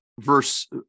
verse